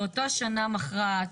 באותה שנה מכרעת,